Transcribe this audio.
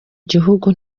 gihugu